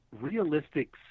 realistic